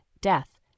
death